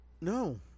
no